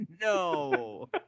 No